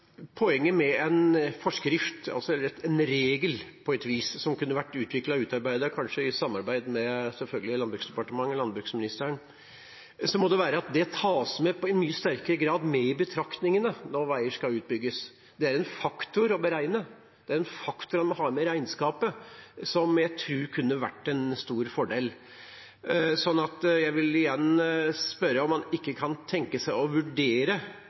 Poenget med en forskrift, en regel på et vis, som kanskje kunne vært utviklet/utarbeidet i samarbeid med selvfølgelig Landbruks- og matdepartementet og landbruksministeren, må være at det i mye sterkere grad tas med i betraktningene når veier skal utbygges. Det er en faktor å beregne, det er en faktor en må ha med i regnskapet, som jeg tror kunne vært en stor fordel. Så jeg vil igjen spørre om statsråden ikke kan tenke seg å vurdere